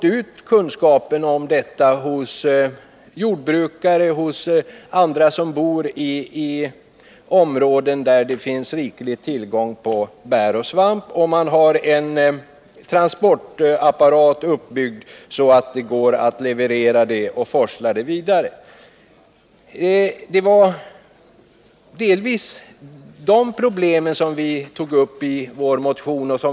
Man har lyckats förmedla goda kunskaper till jordbrukare och andra som bor i områden med riklig tillgång på bär och svamp. Man har också byggt upp en transportapparat för att ta emot produkterna och forsla dem vidare. Det var delvis sådana frågor som vi tog upp i vår motion.